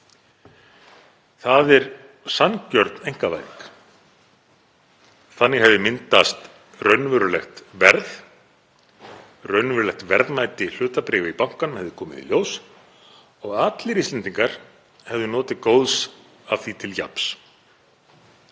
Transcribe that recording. Það er sanngjörn einkavæðing. Þannig hefði myndast raunverulegt verð, raunverulegt verðmæti hlutabréfa í bankanum hefði komið í ljós og allir Íslendingar hefðu notið góðs af því til jafns.